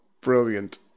Brilliant